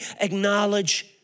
acknowledge